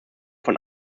von